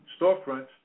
storefronts